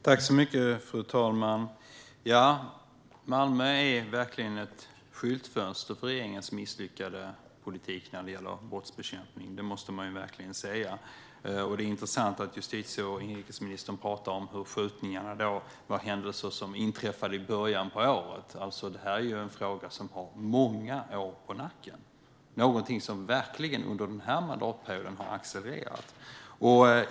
Fru talman! Malmö är ett skyltfönster för regeringens misslyckade politik när det gäller brottsbekämpning. Det måste man verkligen säga. Det är intressant att justitie och inrikesministern talar om att skjutningarna var händelser som inträffade i början av året. Det här är en fråga som har många år på nacken. Det är någonting som har accelererat under den här mandatperioden.